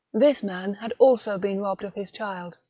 this man had also been robbed of his child.